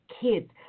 kids